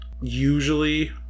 usually